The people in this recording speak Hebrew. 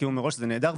הסכימו מראש וזה נהדר.